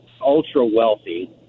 ultra-wealthy